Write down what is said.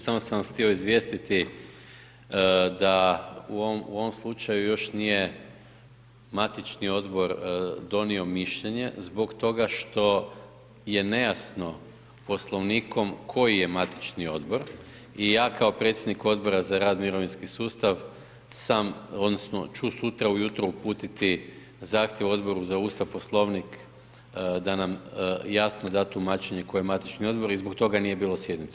Samo sam vas htio izvijestiti da u ovom slučaju još nije matični Odbor donio mišljenje zbog toga što je nejasno Poslovnikom koji je matični Odbor, i ja kao predsjednik Odbora za rad, mirovinski sustav, sam, odnosno ću sutra ujutro uputiti zahtjev Odboru za Ustav, Poslovnik da nam jasno da tumačenje koji je matični Odbor i zbog toga nije bilo sjednice.